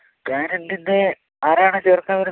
പാരൻറ്റിൻ്റെ ആരാണ് ചേർക്കാൻ വരുന്നത്